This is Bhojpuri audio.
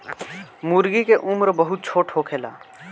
मूर्गी के उम्र बहुत छोट होखेला